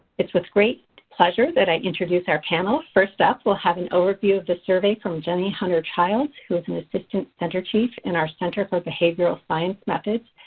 it's with great pleasure that i introduce our panel. first up we'll have an overview of the survey from jenny hunter childs who is an assistant center chief in our center for behavioral science methods,